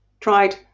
tried